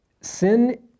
sin